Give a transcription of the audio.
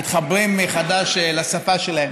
להתחבר מחדש לשפה שלהם.